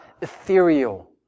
ethereal